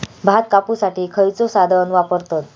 भात कापुसाठी खैयचो साधन वापरतत?